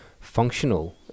functional